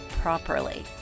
properly